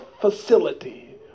facility